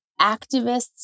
activists